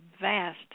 vast